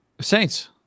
Saints